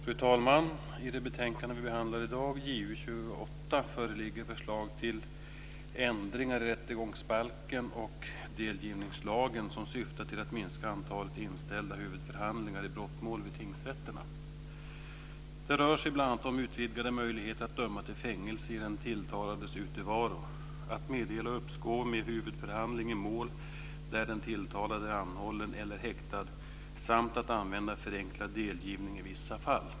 Fru talman! I det betänkande vi behandlar i dag, Det rör sig bl.a. om utvidgade möjligheter att döma till fängelse i den tilltalades utevaro, att meddela uppskov med huvudförhandling i mål där den tilltalade är anhållen eller häktad samt att använda förenklad delgivning i vissa fall.